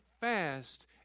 fast